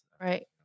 Right